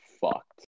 fucked